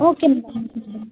okay madam